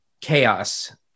chaos